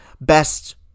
best